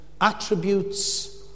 attributes